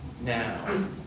Now